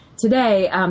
today